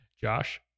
josh